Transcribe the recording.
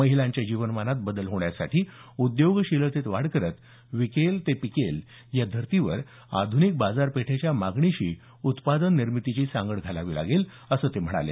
महिलांच्या जीवनमानात बदल होण्यासाठी उद्योगशीलतेत वाढ करत विकेल ते पिकेल या धरतीवर आधूनिक बाजारपेठेच्या मागणीशी उत्पादन निर्मितीची सांगड घालावी लागेल असं ते म्हणाले